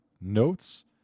notes